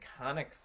iconic